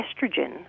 estrogen